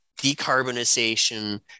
decarbonization